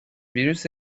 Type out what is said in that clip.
ویروس